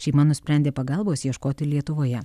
šeima nusprendė pagalbos ieškoti lietuvoje